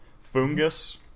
Fungus